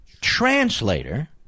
translator